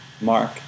Mark